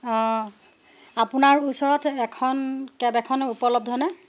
অ' আপোনাৰ ওচৰত এখন কেব এখন উপলব্ধনে